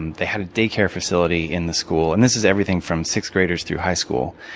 and they had a daycare facility in the school. and this is everything from sixth graders through high school.